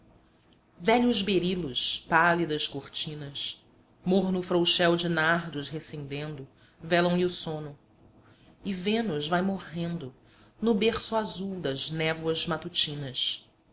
velhos berilos pálidas cortinas morno frouxel de nardos recendendo velam lhe o sono e vênus vai morrendo no berço azul das névoas matutinas